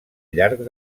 llarg